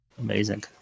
Amazing